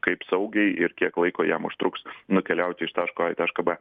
kaip saugiai ir kiek laiko jam užtruks nukeliauti iš taško a į tašką b